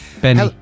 Benny